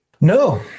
No